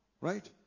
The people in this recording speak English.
Right